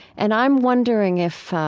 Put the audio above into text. and i'm wondering if